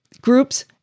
Groups